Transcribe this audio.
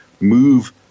move